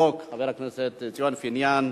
חבר הכנסת ציון פיניאן,